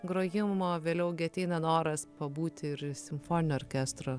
grojimo vėliau ateina noras pabūti ir simfoninio orkestro